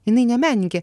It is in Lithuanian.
jinai ne meninkė